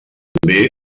també